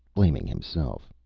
blaming himself.